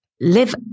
live